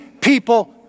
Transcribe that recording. people